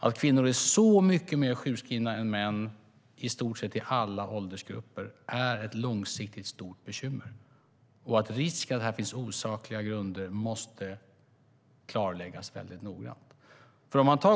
Att kvinnor är mycket mer sjukskrivna än män i stort sett i alla åldersgrupper är långsiktigt ett stort bekymmer. Risken för osakliga grunder måste klarläggas väldigt noggrant.